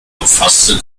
umfasste